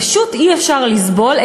פשוט אי-אפשר לסבול,